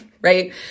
Right